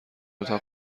اتاق